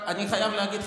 אני חייב להגיד,